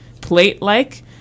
plate-like